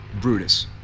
Brutus